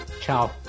Ciao